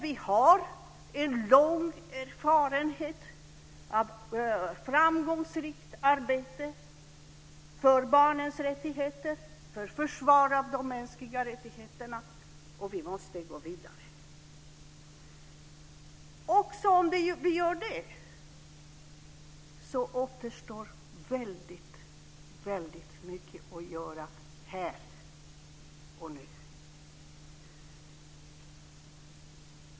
Vi har en lång erfarenhet av framgångsrikt arbete för barnens rättigheter och för försvar av de mänskliga rättigheterna. Vi måste gå vidare. Men också om vi gör det återstår väldigt mycket att göra här och nu.